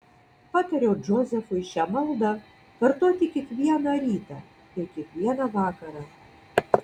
patariau džozefui šią maldą kartoti kiekvieną rytą ir kiekvieną vakarą